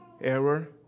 error